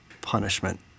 punishment